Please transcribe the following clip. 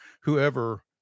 Whoever